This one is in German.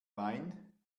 wein